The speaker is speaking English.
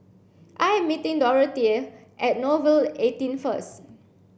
I am meeting Dorathea at Nouvel eighteen first